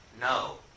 No